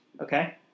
Okay